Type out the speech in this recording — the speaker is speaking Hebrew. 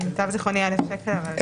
למיטב זיכרוני 1,000 שקל.